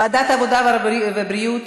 לוועדת הבריאות.